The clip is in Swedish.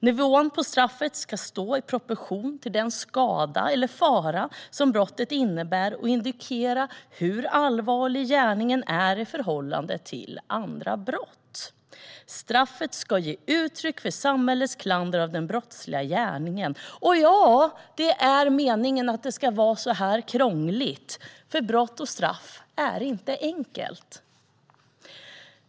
Nivån på straffet ska stå i proportion till den skada eller fara som brottet innebär och indikera hur allvarlig gärningen är i förhållande till andra brott. Straffet ska ge uttryck för samhällets klander av den brottsliga gärningen. Ja, det är meningen att det ska vara så krångligt. Brott och straff är inte enkelt.